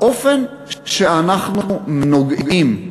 האופן שאנחנו נוגעים,